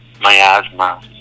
miasma